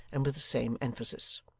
and with the same emphasis.